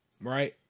Right